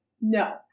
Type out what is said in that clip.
no